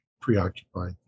preoccupied